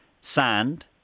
sand